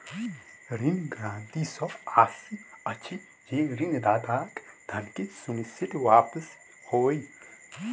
ऋण गारंटी सॅ आशय अछि जे ऋणदाताक धन के सुनिश्चित वापसी होय